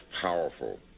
powerful